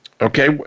Okay